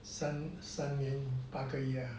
三三年八个月啦